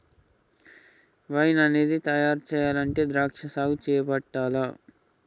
wine అనేది తయారు చెయ్యాలంటే ద్రాక్షా సాగు చేపట్టాల్ల